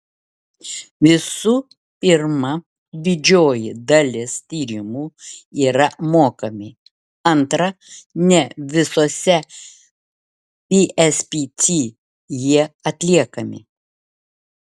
visų pirma didžioji dalis tyrimų yra mokami antra ne visose pspc jie atliekami